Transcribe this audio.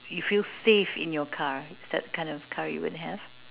you feel safe in your car is that the kind of car you would have